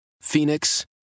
phoenix